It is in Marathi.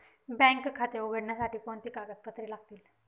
बँक खाते उघडण्यासाठी कोणती कागदपत्रे लागतील?